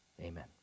Amen